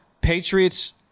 Patriots